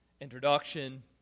introduction